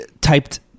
typed